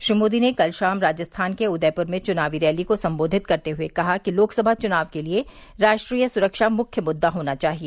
श्री मोदी ने कल शाम राजस्थान के उदयपुर में चुनाव रैली को सम्बोधित करते हुए कहा कि लोकसभा चुनाव के लिए राष्ट्रीय सुरक्षा मुख्य मुद्दा होना चाहिए